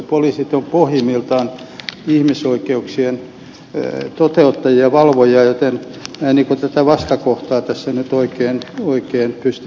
poliisit ovat pohjimmiltaan ihmisoikeuksien toteuttajia ja valvojia joten minä en niin kuin tätä vastakohtaa tässä nyt oikein pysty näkemään